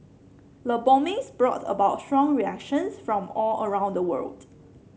the bombings brought about strong reactions from all around the world